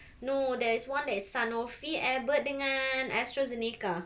no there is one that's Sanofi albert dengan AstraZeneca